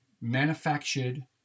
manufactured